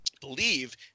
believe